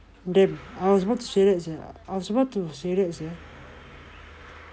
that I was about to say that sia I was about to say that sia